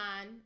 on